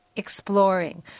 Exploring